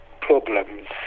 problems